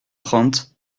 trente